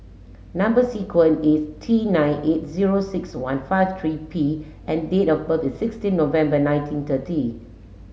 number sequence is T nine eight zero six one five three P and date of birth is sixteen November nineteen thirty